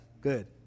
good